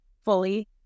fully